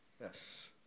Yes